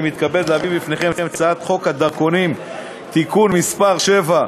אני מתכבד להביא בפניכם את הצעת חוק הדרכונים (תיקון מס' 7),